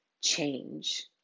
change